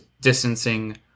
distancing